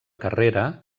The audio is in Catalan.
carrera